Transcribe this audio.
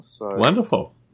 Wonderful